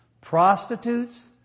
prostitutes